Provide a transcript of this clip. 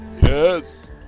Yes